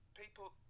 people